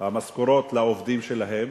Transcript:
המשכורות לעובדים שלהם.